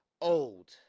old